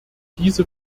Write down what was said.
diese